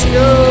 go